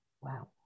Wow